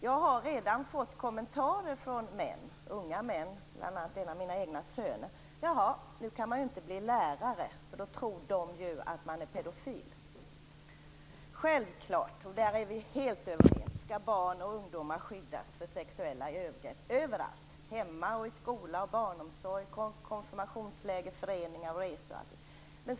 Jag har redan fått kommentarer från unga män, bl.a. en av mina egna söner: Jaha, nu kan man ju inte bli lärare, för då tror de att man är pedofil. Självklart - där är vi helt överens - skall barn och ungdomar skyddas från sexuella övergrepp överallt - hemma, i skola och barnomsorg, på konfirmationsläger, i föreningar, på resor m.m.